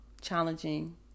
Challenging